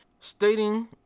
Stating